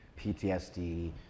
ptsd